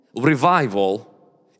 revival